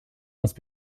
must